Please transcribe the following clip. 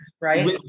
right